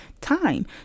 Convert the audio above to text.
time